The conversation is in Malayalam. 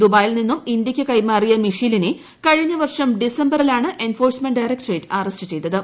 ദുബായിൽ നിന്നും ഇന്ത്യ്ക്കു കൈമാറിയ മിഷേലിനെ കഴിഞ്ഞ വർഷം ഡിസംബറിലാണ് എൻഫോഴ്സ്മെന്റ് ഡയറക്ടറേറ്റ് ചെയ്തത്